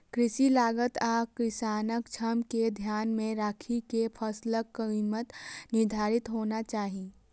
कृषि लागत आ किसानक श्रम कें ध्यान मे राखि के फसलक कीमत निर्धारित होना चाही